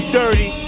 dirty